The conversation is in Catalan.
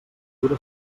dura